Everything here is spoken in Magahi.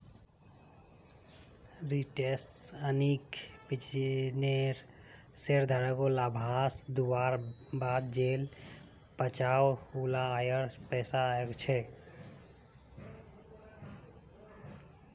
रिटेंड अर्निंग बिज्नेसेर शेयरधारकोक लाभांस दुआर बाद जेला बचोहो उला आएर पैसा छे